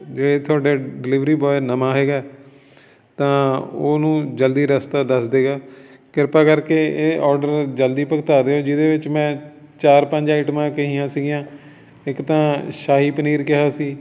ਜੇ ਤੁਹਾਡਾ delivery boy ਨਵਾਂ ਹੈਗਾ ਤਾਂ ਉਹਨੂੰ ਜਲਦੀ ਰਸਤਾ ਦੱਸ ਦੇਵੇਗਾ ਕਿਰਪਾ ਕਰਕੇ ਇਹ ਔਡਰ ਜਲਦੀ ਭੁਗਤਾ ਦਿਓ ਜਿਹਦੇ ਵਿੱਚ ਮੈਂ ਚਾਰ ਪੰਜ ਆਈਟਮਾਂ ਕਹੀਆਂ ਸੀਗੀਆਂ ਇੱਕ ਤਾਂ ਸ਼ਾਹੀ ਪਨੀਰ ਕਿਹਾ ਸੀ